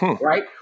right